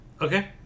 Okay